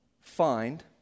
find